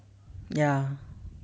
ya